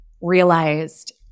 realized